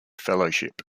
fellowship